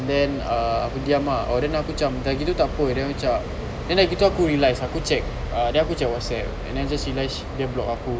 and then uh aku diam ah then aku cam dah gitu takpe then macam then dah gitu aku realised aku check ah then aku check WhatsApp and then just realised dia block aku